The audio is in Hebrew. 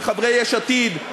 מחברי יש עתיד,